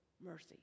mercy